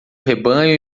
rebanho